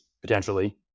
potentially